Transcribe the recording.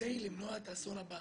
בכדי למנוע את האסון הבא